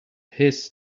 his